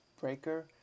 Breaker